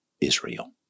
Israel